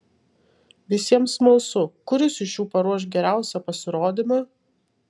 visiems smalsu kuris iš jų paruoš geriausią pasirodymą